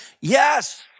yes